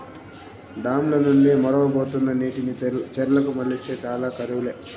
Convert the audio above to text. dam ల నుండి మొరవబోతున్న నీటిని చెర్లకు మల్లిస్తే చాలు కరువు లే